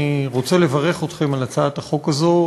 אני רוצה לברך אתכם על הצעות החוק הזאת.